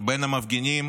בין המפגינים